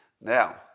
Now